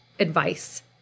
advice